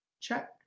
Check